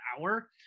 hour